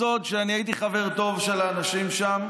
זה לא סוד שאני הייתי חבר טוב של האנשים שם,